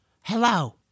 Hello